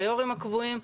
ויו"רים קבועים,